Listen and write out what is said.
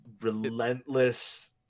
relentless